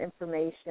information